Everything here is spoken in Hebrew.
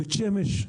בית שמש,